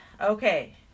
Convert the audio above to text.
Okay